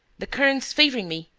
the current's favouring me!